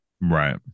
right